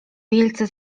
wielce